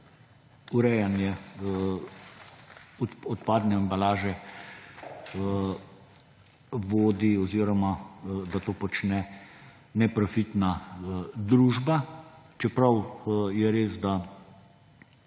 urejanje odpadne embalaže vodi oziroma to počne neprofitna družba, čeprav je res, da